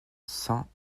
cent